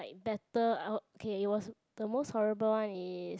like better I was okay it was okay the most horrible one is